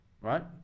right